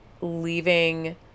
leaving